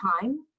time